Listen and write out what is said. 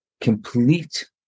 complete